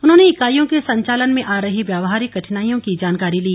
उन्होंने इकाइयों के संचालन में आ रही व्यावहारिक कठिनाइयों की जानकारी ली